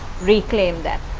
reclaim that.